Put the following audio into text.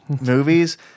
movies